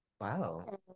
wow